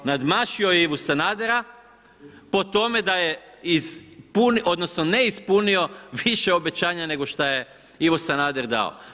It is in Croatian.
Nadmašio je Ivu Sanadera po tome da je ne ispunio više obećanja nego šta je Ivo Sanader dao.